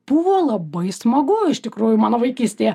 buvo labai smagu iš tikrųjų mano vaikystėje